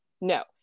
No